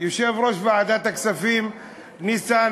יושב-ראש ועדת הכספים ניסן